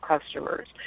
customers